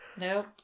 Nope